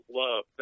love